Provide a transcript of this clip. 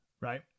Right